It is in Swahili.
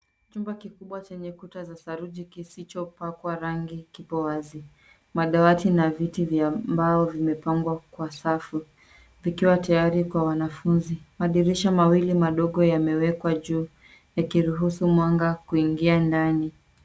Chumba kikubwa chenye kuta za saruji kisizopakwa rangi kiko wazi. Madawati na viti vya mbao vimepangwa kwa safu zikiwa tayari kwa wanafunzi. Madirisha mawili yamewekwa juu ikiruhusu mwanga kuingia ndani.